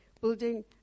building